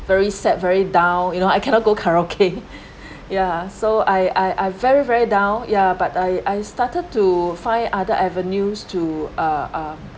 very sad very down you know I cannot go karaoke ya so I I very very down ya but I I started to find other avenues to uh uh